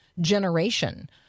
generation